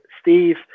Steve